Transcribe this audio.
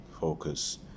focus